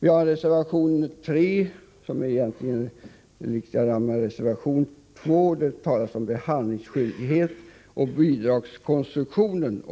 I reservation 3 talas om behandlingsskyldighet och bidragskonstruktionen.